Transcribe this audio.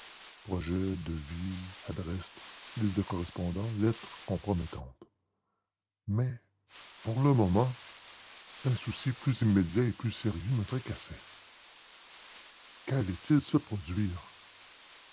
projets devis adresses listes de correspondants lettres compromettantes mais pour le moment un souci plus immédiat et plus sérieux me tracassait qu'allait-il se produire